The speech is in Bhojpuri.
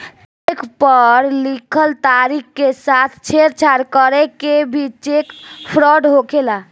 चेक पर लिखल तारीख के साथ छेड़छाड़ करके भी चेक फ्रॉड होखेला